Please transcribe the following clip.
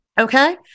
okay